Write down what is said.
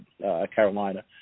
Carolina